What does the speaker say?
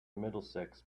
middlesex